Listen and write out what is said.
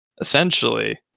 essentially